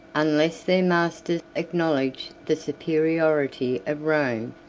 unless their master acknowledged the superiority of rome,